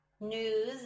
news